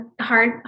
hard